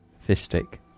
Fistic